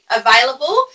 available